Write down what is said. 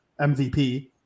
MVP